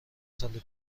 سال